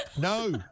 No